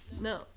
No